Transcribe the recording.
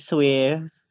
Swift